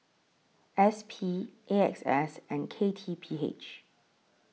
S P A X S and K T P H